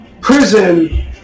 prison